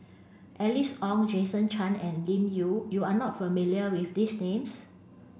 Alice Ong Jason Chan and Lim Yau you are not familiar with these names